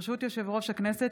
ברשות יושב-ראש הכנסת,